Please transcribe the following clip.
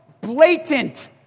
blatant